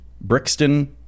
Brixton